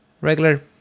regular